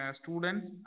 students